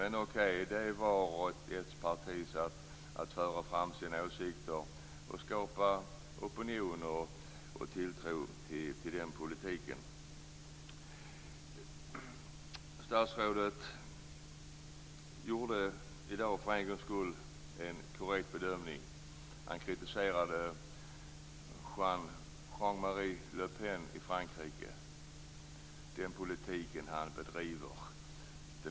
Men okej, det är upp till varje parti att föra fram åsikter, skapa opinion och tilltro till politiken. Statsrådet gjorde i dag, för en gångs skull, en korrekt bedömning. Han kritiserade Jean-Marie Le Pen och den politik han bedriver i Frankrike.